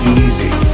easy